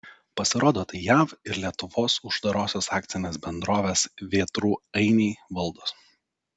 pasirodo tai jav ir lietuvos uždarosios akcinės bendrovės vėtrų ainiai valdos